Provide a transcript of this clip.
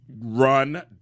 Run